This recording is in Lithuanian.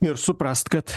ir suprast kad